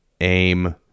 aim